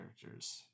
characters